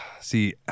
See